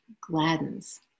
gladdens